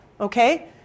Okay